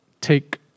take